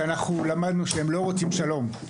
שאנחנו למדנו שהם לא רוצים שלום.